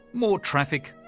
more traffic,